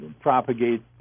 propagate